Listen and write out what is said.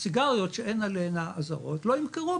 סיגריות שאין עליהם אזהרות לא ימכרו,